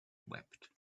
wept